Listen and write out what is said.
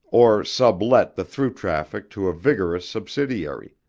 or sublet the through traffic to a vigorous subsidiary,